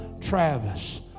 Travis